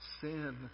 Sin